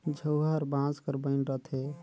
झउहा हर बांस कर बइन रहथे